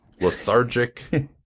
lethargic